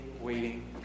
waiting